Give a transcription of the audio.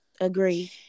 Agree